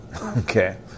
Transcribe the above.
okay